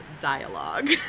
dialogue